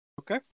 okay